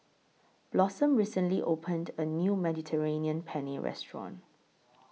Blossom recently opened A New Mediterranean Penne Restaurant